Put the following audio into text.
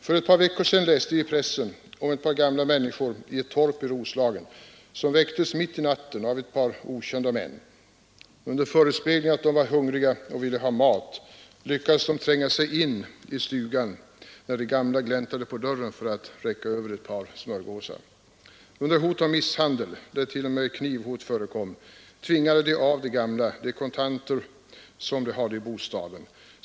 För ett par veckor sedan läste vi i pressen om ett par gamla människor i ett torp i Roslagen som väcktes mitt i natten av okända män. Under förespegling av att de var hungriga och ville ha mat lyckades männen tränga sig in i stugan, när de gamla gläntade på dörren för att räcka över några smörgåsar. Under hot om misshandel — t.o.m. knivhot förekom avtvingades de gamla de kontanter som de hade i bostaden.